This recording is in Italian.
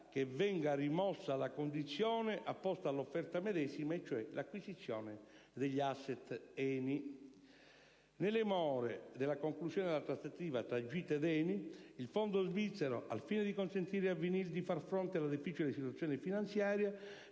che venga rimossa la condizione apposta all'offerta medesima, e cioè l'acquisizione degli *asset* ENI. Nelle more della conclusione delle trattative tra GITA ed ENI, il fondo svizzero, al fine di consentire a Vinyls di far fronte alla difficile situazione finanziaria,